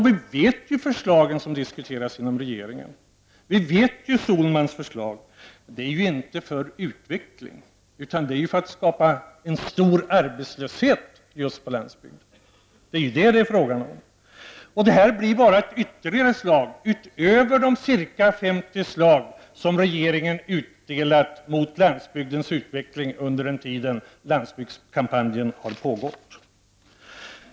Vi vet ju hur de förslag ser ut som har diskuterats inom regeringen. Vi vet hur Sohlmans förslag ser ut. Det är inte till för att främja utvecklingen, utan för att skapa en stor arbetslöshet på landsbygden. Det är detta det är fråga om. Det här blir ett ytterligare slag utöver de ungefär 50 slag som regeringen har utdelat mot landsbygdsutvecklingen under den tid som landsbygdskampanjen har pågått.